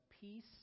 peace